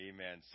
Amen